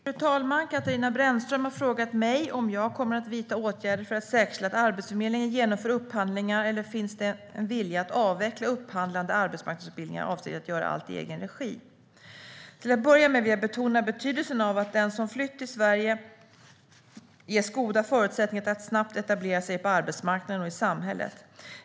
Fru talman! Katarina Brännström har frågat mig om jag kommer att vidta åtgärder för att säkerställa att Arbetsförmedlingen genomför upphandlingarna eller om det finns en vilja att avveckla upphandlade arbetsmarknadsutbildningar i avsikt att göra allt i egen regi. Till att börja med vill jag betona betydelsen av att den som flytt till Sverige ges goda förutsättningar att snabbt etablera sig på arbetsmarknaden och i samhället.